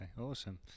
awesome